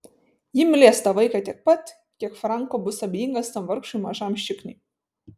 ji mylės tą vaiką tiek pat kiek franko bus abejingas tam vargšui mažam šikniui